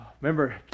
Remember